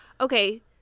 Okay